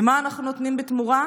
ומה אנחנו נותנים בתמורה?